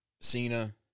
Cena